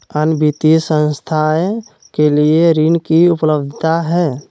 अन्य वित्तीय संस्थाएं के लिए ऋण की उपलब्धता है?